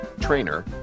Trainer